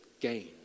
gain